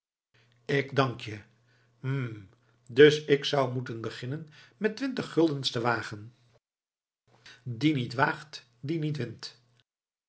k dank je hm dus ik zou moeten beginnen met een twintig guldens te wagen die niet waagt die niet wint